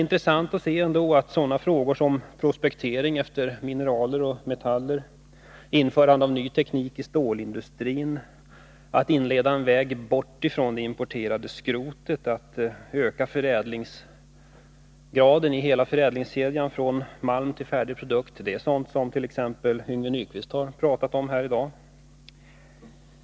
Det gäller sådana frågor som prospektering efter mineraler och metaller, införande av ny teknik i stålindustrin, öppnande av en väg bort från det importerade skrotet, ökning av förädlingsgraden i hela förädlingskedjan från malm till färdig produkt. Det är sådant som t.ex. Yngve Nyquist har berört här i dag.